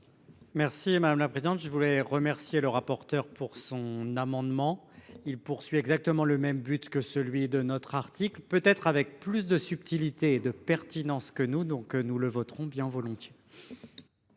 Merci madame la présidente, je voudrais remercier le rapporteur pour son amendement il poursuit exactement le même but que celui de notre article peut être avec plus de subtilité et de pertinence que nous, donc nous le voterons bien volontiers.